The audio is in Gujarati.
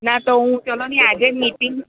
ના તોહ હું ચાલોને આજે જ મિટિંગ